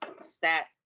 stat